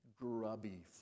grubby